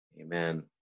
Amen